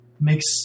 makes